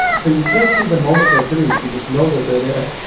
so you can't see the moment they are produced, you just know that they're there.